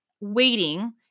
waiting